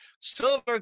Silver